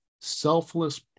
selfless